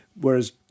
Whereas